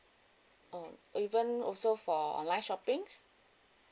uh even also for online shoppings